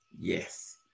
Yes